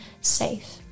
safe